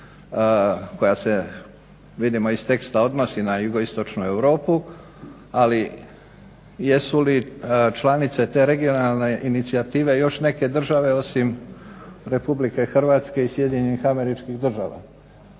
koja se vidimo iz teksta odnosi na jugoistočno Europu. Ali jesu li članice te regionalne inicijative još neke države osim Republike Hrvatske i Sjedinjenih Američkih Država.